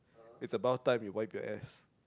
it's about time you wipe your ass